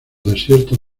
desiertos